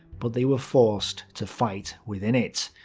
but they were forced to fight within it.